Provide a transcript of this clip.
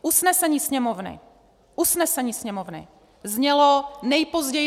Usnesení Sněmovny, usnesení Sněmovny znělo nejpozději 2020.